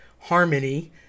harmony